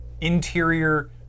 interior